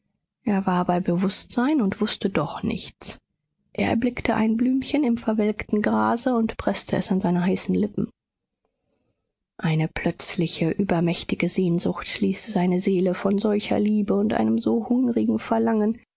er war bei bewußtsein und wußte doch nichts er erblickte ein blümchen im verwelkten grase und preßte es an seine heißen lippen eine plötzliche übermächtige sehnsucht ließ seine seele von solcher liebe und einem so hungrigen verlangen